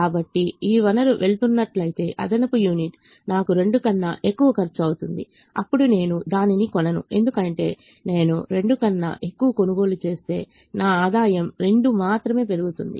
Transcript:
కాబట్టి ఈ వనరు వెళుతున్నట్లయితే అదనపు యూనిట్ నాకు 2 కన్నా ఎక్కువ ఖర్చు అవుతుంది అప్పుడు నేను దానిని కొనను ఎందుకంటే నేను 2 కన్నా ఎక్కువ కొనుగోలు చేస్తే నా ఆదాయం 2 మాత్రమే పెరుగుతుంది